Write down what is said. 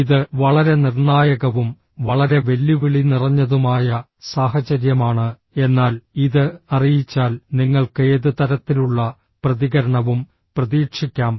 ഇത് വളരെ നിർണായകവും വളരെ വെല്ലുവിളി നിറഞ്ഞതുമായ സാഹചര്യമാണ് എന്നാൽ ഇത് അറിയിച്ചാൽ നിങ്ങൾക്ക് ഏത് തരത്തിലുള്ള പ്രതികരണവും പ്രതീക്ഷിക്കാം